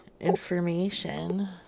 information